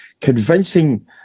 convincing